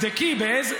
תבדקי.